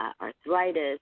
arthritis